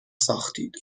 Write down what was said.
ساختید